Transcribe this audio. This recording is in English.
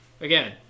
again